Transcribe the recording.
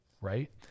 right